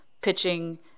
pitching